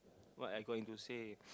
what I going to say